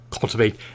cultivate